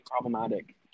problematic